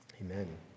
Amen